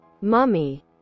Mummy